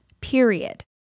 period